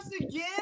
again